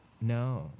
No